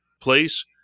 place